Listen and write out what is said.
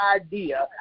idea